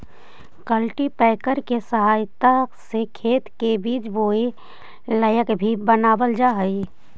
cultipacker के सहायता से खेत के बीज बोए लायक भी बनावल जा हई